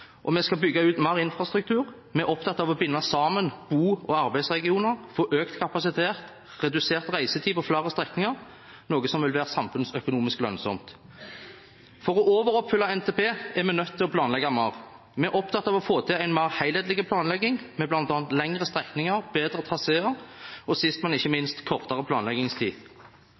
og vi skal bygge ut mer infrastruktur. Vi er opptatt av å binde sammen bo- og arbeidsregioner, få økt kapasitet og redusert reisetid på flere strekninger, noe som vil være samfunnsøkonomisk lønnsomt. For å overoppfylle NTP er vi nødt til å planlegge mer. Vi er opptatt av å få til en mer helhetlig planlegging, med bl.a. lengre strekninger, bedre traseer og sist, men ikke minst kortere planleggingstid.